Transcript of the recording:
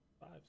five